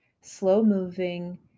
slow-moving